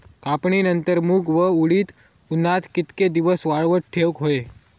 कापणीनंतर मूग व उडीद उन्हात कितके दिवस वाळवत ठेवूक व्हये?